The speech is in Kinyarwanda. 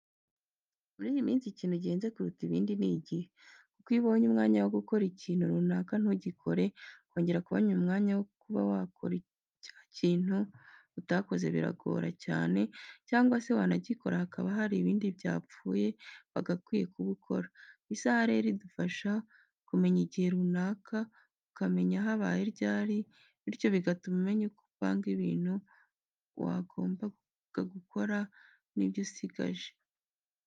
Muri iyi si ikintu gihenze kuruta ibindi ni igihe. Kuko iyo ubonye umwanya wo gukora ikintu runaka ntugikore kongera kubona umwanya wo kuba wakora cya kintu utakoze biragora cyane cyangwa se wanagikora hakaba hari ibindi byapfuye wagakwiye kuba ukora. Isaha rero idufasha kumenya igihe runaka ukamenya habaye ryari bityo bigatuma umenya uko upanga ibintu wagombaga gukora n'ibyo usigaje.